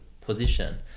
position